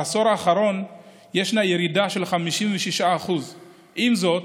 בעשור האחרון ישנה ירידה של 56%. עם זאת,